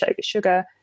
sugar